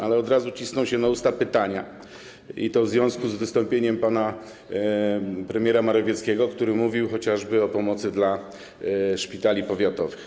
Ale od razu cisną się na usta pytania, i to w związku z wystąpieniem pana premiera Morawieckiego, który mówił chociażby o pomocy dla szpitali powiatowych.